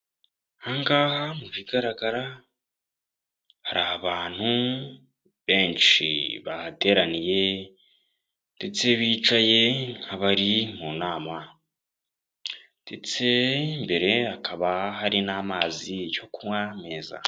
Ahangaha mu bigaragara hari abantu benshi bahateraniye ndetse bicaye nk'abari mu nama ndetse imbere hakaba hari n'amazi yo kunywa meza.